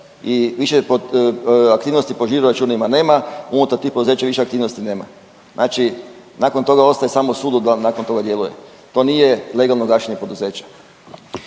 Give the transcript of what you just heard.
i više aktivnosti po žiro računima nema, unutar tih poduzeća više aktivnosti nema. Znači nakon toga ostaje samo suludo nakon toga djeluje. To nije legalno gašenje poduzeća.